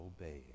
obeying